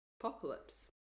Apocalypse